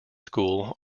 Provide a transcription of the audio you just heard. school